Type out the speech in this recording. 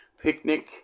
picnic